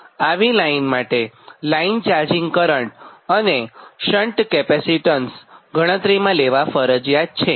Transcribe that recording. આવી લાઇન માટે line charging current અને શન્ટ કેપેસિટર ગણતરીમાં લેવા ફરજિયાત છે